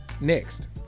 Next